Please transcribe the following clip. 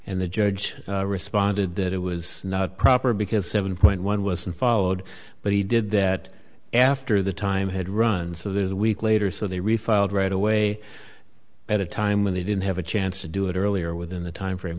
and the judge responded that it was not proper because seven point one wasn't followed but he did that after the time had run so there's a week later so they refiled right away at a time when they didn't have a chance to do it earlier within the time frame